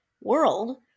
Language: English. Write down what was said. world